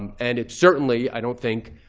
um and it certainly, i don't think